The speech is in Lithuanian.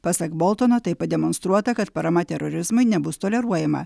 pasak boltono taip pademonstruota kad parama terorizmui nebus toleruojama